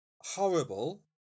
horrible